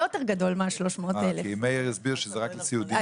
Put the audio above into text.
יותר מה- 300,000. אבל מאיר הסביר שזה רק הסיעודיים.